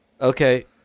Okay